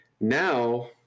Now